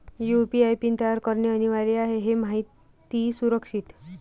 UPI PIN तयार करणे अनिवार्य आहे हे माहिती सुरक्षित